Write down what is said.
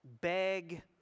beg